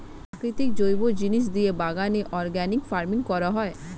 প্রাকৃতিক জৈব জিনিস দিয়ে বাগানে অর্গানিক ফার্মিং করা হয়